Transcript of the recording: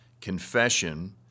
Confession